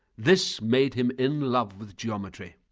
this made him in love with geometry.